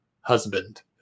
husband